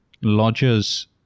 lodgers